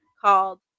called